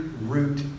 root